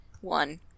one